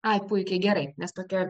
ai puikiai gerai nes tokia